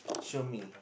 show me